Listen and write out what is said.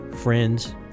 friends